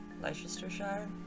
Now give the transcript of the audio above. Leicestershire